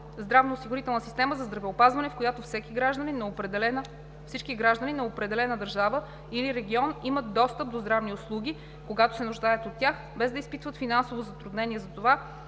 здравноосигурителна система за здравеопазване, в която всички граждани на определена държава или регион имат достъп до здравни услуги, когато се нуждаят от тях, без да изпитват финансово затруднение за това,